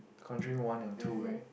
Conjuring one and two right